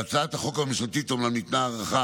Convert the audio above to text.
בהצעת החוק הממשלתית אומנם ניתנה הארכה